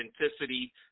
authenticity